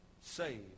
Saved